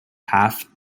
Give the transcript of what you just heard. half